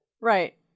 Right